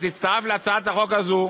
את הצטרפת להצעת החוק הזאת.